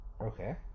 Okay